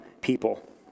people